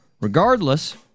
regardless